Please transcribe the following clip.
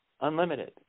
Unlimited